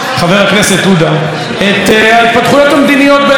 את ההתפתחויות המדיניות באזורנו בשנים האחרונות,